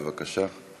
בבקשה.